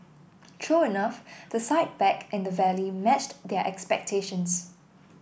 true enough the sight back in the valley matched their expectations